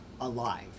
alive